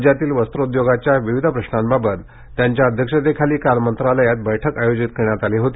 राज्यातील वस्त्रोद्योगाच्या विविध प्रश्नांबाबत उपमुख्यमंत्र्यांच्या अध्यक्षतेखाली काल मंत्रालयात बैठक आयोजित करण्यात आली होती